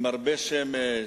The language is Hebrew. עם הרבה שמש,